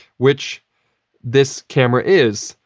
which this camera is.